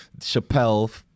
Chappelle